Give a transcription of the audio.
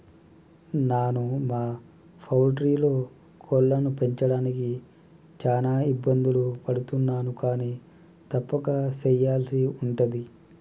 నాను మా పౌల్ట్రీలో కోళ్లను పెంచడానికి చాన ఇబ్బందులు పడుతున్నాను కానీ తప్పక సెయ్యల్సి ఉంటది